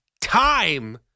time